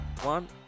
one